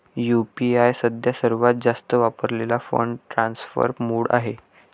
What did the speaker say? UPI सध्या सर्वात जास्त वापरलेला फंड ट्रान्सफर मोड आहे